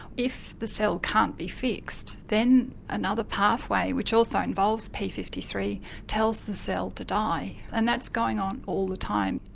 if the cell can't be fixed then another pathway which also involves p five three tells the cell to die, and that's going on all the time.